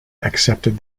accepted